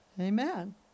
Amen